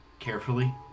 Carefully